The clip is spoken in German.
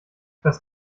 das